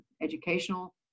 educational